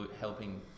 helping